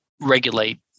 regulate